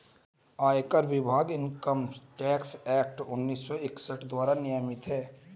आयकर विभाग income tax act उन्नीस सौ इकसठ द्वारा नियमित है